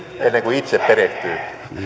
ennen kuin itse perehtyy